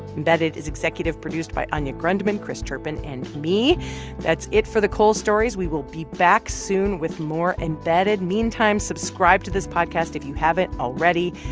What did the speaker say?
embedded is executive produced by anya grundmann, chris turpin and me that's it for the coal stories. we will be back soon with more embedded. meantime, subscribe to this podcast if you haven't already.